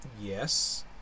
yes